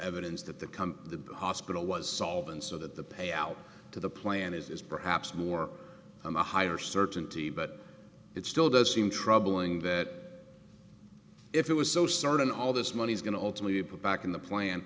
evidence that the come the hospital was solvent so that the payout to the planet is perhaps more from a higher certainty but it still does seem troubling that if it was so certain all this money is going to ultimately put back in the plant